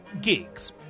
gigs